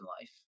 life